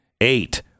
Eight